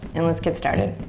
and let's get started.